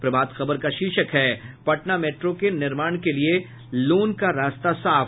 प्रभात खबर का शीर्षक है पटना मैट्रो के निर्माण के लिए लोन का रास्ता साफ